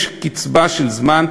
יש הקצבה של זמן,